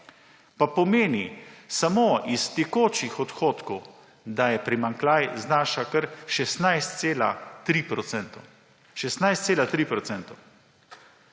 pa pomeni samo iz tekočih odhodkov, da primanjkljaj znaša kar 16,3 %.